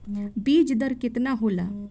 बीज दर केतना होला?